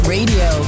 Radio